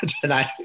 tonight